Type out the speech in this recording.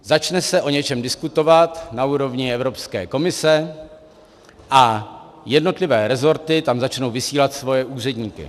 Začne se o něčem diskutovat na úrovni Evropské komise a jednotlivé resorty tam začnou vysílat svoje úředníky.